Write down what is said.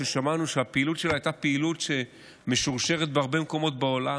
ששמענו שהפעילות שלה הייתה פעילות שמשורשרת בהרבה מקומות בעולם.